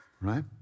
right